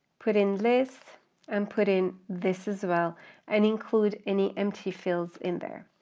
put in list and put in this as well and include any empty fills in there.